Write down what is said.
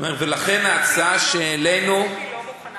אני אומר: ולכן, ההצעה שהעלינו, ציפי לא מוכנה